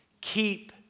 Keep